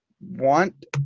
want